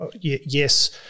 Yes